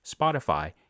Spotify